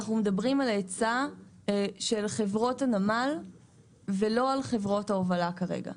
אנחנו מדברים על ההיצע של חברות הנמל ולא על חברות ההובלה כרגע.